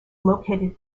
located